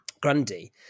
Grundy